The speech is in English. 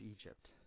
Egypt